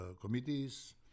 committees